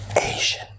Asian